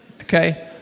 okay